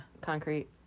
Concrete